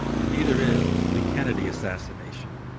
and neither is the kennedy assassination.